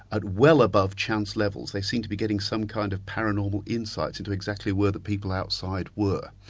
at well above chance levels they seemed to be getting some kind of paranormal insights into exactly where the people outside were.